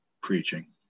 preaching